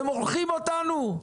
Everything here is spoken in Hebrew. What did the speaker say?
ומורחים אותנו?